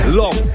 long